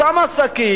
אותם עסקים.